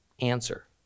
Answer